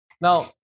Now